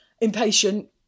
impatient